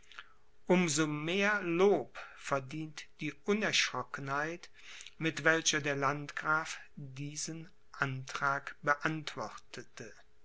so mehr lob verdient die unerschrockenheit mit welcher der landgraf diesen antrag beantwortete